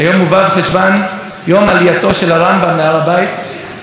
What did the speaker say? עליתי להר הבית ושוב ביקשתי מהקדוש ברוך הוא שבשליחותי